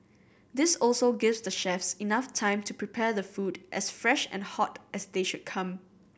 this also gives the chefs enough time to prepare the food as fresh and hot as they should come